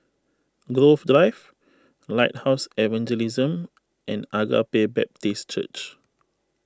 Grove Drive Lighthouse Evangelism and Agape Baptist Church